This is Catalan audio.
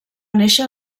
néixer